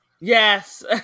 Yes